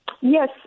yes